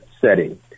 setting